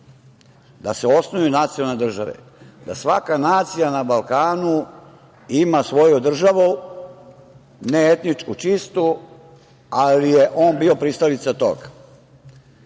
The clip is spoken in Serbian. da se osnuju nacionalne države, da svaka nacija na Balkanu ima svoju državu neetničku, čistu, ali je on bio pristalica tog. Kralj